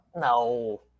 No